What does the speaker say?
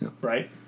Right